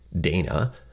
Dana